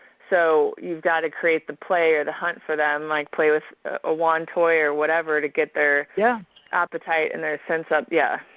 so you've gotta create the play or the hunt for them, like play with a wand toy or whatever to get their yeah appetite and their sense up, yeah,